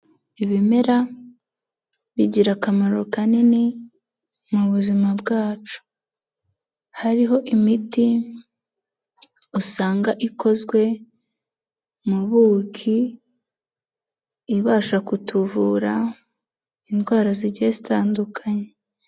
Ibimera bigira akamaro kanini mu buzima bwacu. Hariho imiti usanga ikozwe mu buki, ibasha kutuvura indwara zigiye zitandukanye.